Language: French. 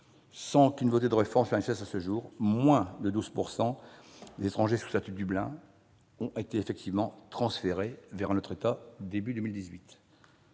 sans qu'une volonté de réforme se manifeste à ce jour : moins de 12 % des étrangers sous procédure Dublin ont été effectivement transférés vers un autre État au début de 2018.